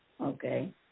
Okay